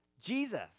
Jesus